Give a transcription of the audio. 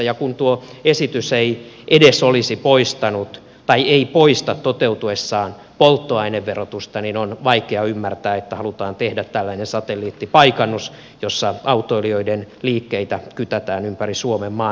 ja kun tuo esitys ei edes poista toteutuessaan polttoaineverotusta niin on vaikea ymmärtää että halutaan tehdä tällainen satelliittipaikannus jolla autoilijoiden liikkeitä kytätään ympäri suomenmaan